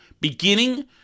beginning